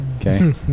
Okay